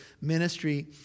ministry